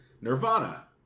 Nirvana